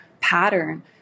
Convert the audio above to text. pattern